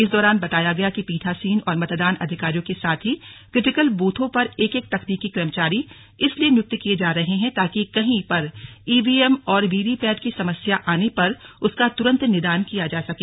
इस दौरान बताया गया कि पीठासीन और मतदान अधिकारियों के साथ क्रिटिकल ब्रथों पर एक एक तकनीकी कर्मचारी इसलिए नियुक्त किये जा रहे हैं ताकि कहीं पर ईवीएम और वीवीपैट की समस्या आने पर उसका तुरन्त निदान किया जा सके